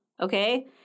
Okay